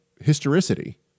historicity